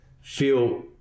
feel